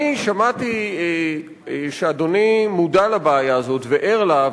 אני שמעתי שאדוני מודע לבעיה הזאת וער לה.